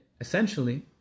essentially